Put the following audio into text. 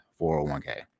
401k